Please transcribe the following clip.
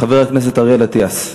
חבר הכנסת אריאל אטיאס.